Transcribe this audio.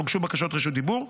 אך הוגשו בקשות רשות דיבור.